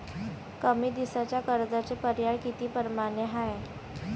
कमी दिसाच्या कर्जाचे पर्याय किती परमाने हाय?